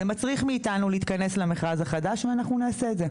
זה מצריך מאתנו להתכנס למכרז החדש ואנחנו נעשה את זה.